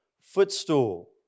footstool